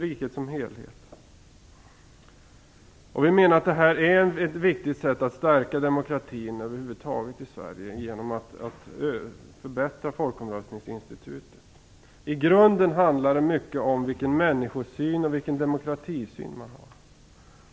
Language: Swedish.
Att förbättra folkomröstningsinstitutet är ett viktigt sätt att stärka demokratin över huvud taget i Sverige. I grunden handlar det mycket om vilken människosyn och demokratisyn man har.